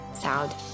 sound